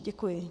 Děkuji.